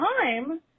time